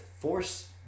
force